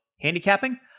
Handicapping